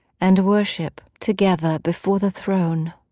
and worship together before the throne.